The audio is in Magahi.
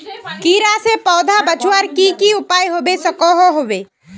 कीड़ा से पौधा बचवार की की उपाय होबे सकोहो होबे?